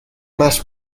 mass